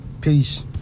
Peace